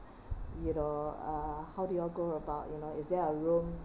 you know uh how do you all go about you know is there a room